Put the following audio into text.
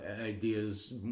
ideas